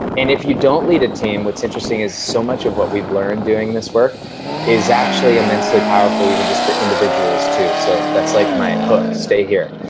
and if you don't lead a team, what's interesting is so much of what we've doing this work is actually immensely powerful even just for individuals, too. so, that's like my hook. stay here.